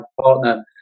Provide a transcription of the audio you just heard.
partner